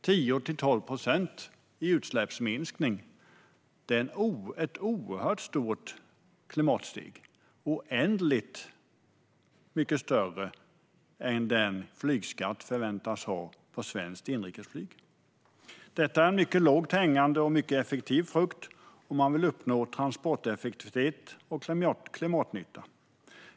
10-12 procent i utsläppsminskning är ett oerhört stort klimatsteg, oändligt mycket större än den effekt en flygskatt kan förväntas ha på svenskt inrikesflyg. Detta är en mycket lågt hängande frukt för att effektivt kunna uppnå transporteffektivitet och klimatnytta.